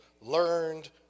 learned